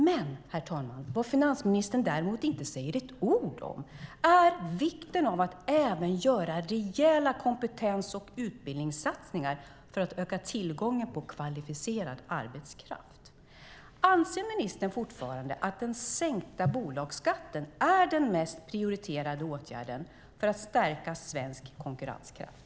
Vad finansministern däremot inte säger ett ord om är vikten av att även göra rejäla kompetens och utbildningssatsningar för att öka tillgången på kvalificerad arbetskraft. Anser ministern fortfarande att den sänkta bolagsskatten är den mest prioriterade åtgärden för att stärka svensk konkurrenskraft?